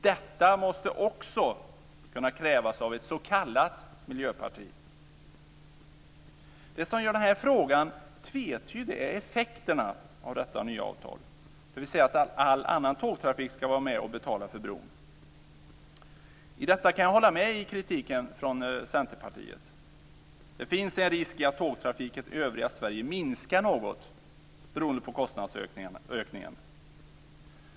Detta måste också kunna krävas av ett s.k. miljöparti. Det som gör den här frågan tvetydig är effekterna av detta nya avtal, dvs. att all annan tågtrafik ska vara med och betala för bron. Jag kan hålla med om kritiken från Centerpartiet. Det finns en risk att tågtrafiken i övriga Sverige minskar något beroende på kostnadsökningen.